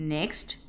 Next